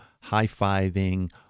high-fiving